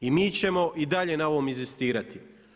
I mi ćemo i dalje na ovom inzistirati.